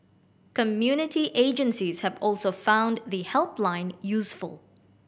community agencies have also found the helpline useful